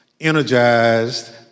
energized